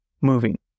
moving